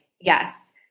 Yes